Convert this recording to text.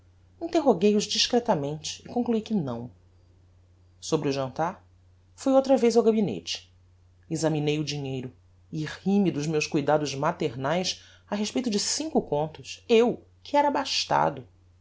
e conclui que não sobre o jantar fui outra vez ao gabinete examinei o dinheiro e ri-me dos meus cuidados maternaes a respeito de cinco contos eu que era abastado